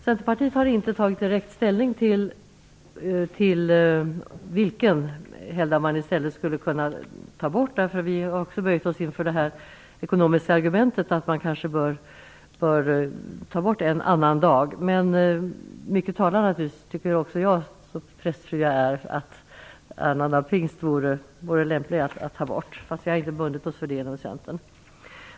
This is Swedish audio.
Centerpartiet har inte tagit direkt ställning till vilken helgdag man i stället skulle kunna ta bort - vi har också böjt oss inför det ekonomiska argumentet att en annan helgdag bör tas bort. Också jag tycker, så prästfru jag är, att mycket talar för att annandag pingst vore den lämpligaste helgdagen att ta bort. Vi har dock inte bundit oss för detta i Centern.